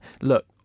look